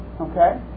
Okay